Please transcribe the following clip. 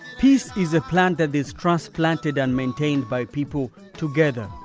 peace is a plant that is cross-planted and maintained by people together.